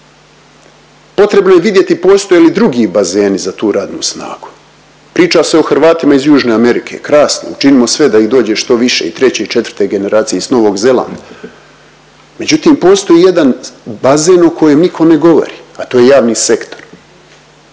Potrebno je vidjeti postoje li drugi bazeni za tu radnu snagu. Priča se o Hrvatima iz južne Amerike. Krasno, učinimo sve da ih dođe što više i 3. i 4. generacije iz Novog Zelanda. Međutim postoji jedan bazen o kojem nitko ne govori, a to je javni sektor.